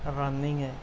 running ہے